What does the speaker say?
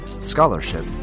scholarship